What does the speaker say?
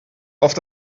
oft